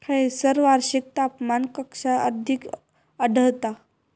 खैयसर वार्षिक तापमान कक्षा अधिक आढळता?